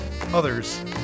others